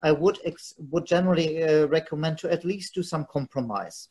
אני מבחינתי ממליץ, לפחות לעשות איזו פשרה.